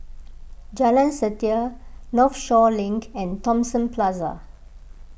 Jalan Setia Northshore Link and Thomson Plaza